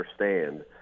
understand